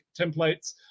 templates